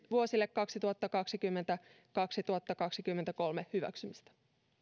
vuosille kaksituhattakaksikymmentä viiva kaksituhattakaksikymmentäkolme hyväksymistä